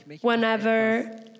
whenever